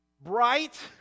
bright